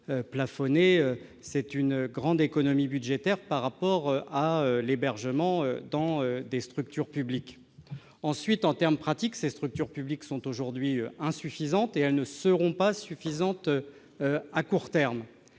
constitue une économie budgétaire importante au regard du coût de l'hébergement dans des structures publiques. Ensuite, en termes pratiques, les structures publiques sont aujourd'hui insuffisantes, et elles ne seront pas suffisantes à court terme.